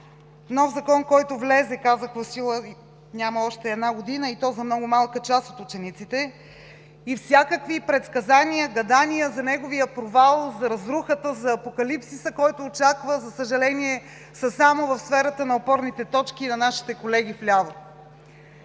Нов Закон, който влезе, казах, в сила няма още една година и то за много малка част от учениците, и всякакви предсказания, гадания за неговия провал, за разрухата, за апокалипсиса, който очаква, за съжаление са само в сферата на опорните точки на нашите колеги вляво.